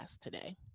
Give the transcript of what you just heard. today